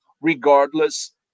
regardless